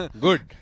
Good